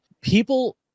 people